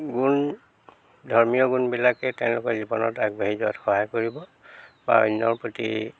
গুণ ধৰ্মীয় গুণবিলাকে তেওঁলোকৰ জীৱনত আগবাঢ়ি যোৱাত সহায় কৰিব বা অন্যৰ প্ৰতি